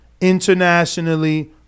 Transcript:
internationally